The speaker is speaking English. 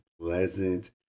pleasant